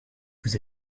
vous